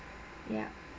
yup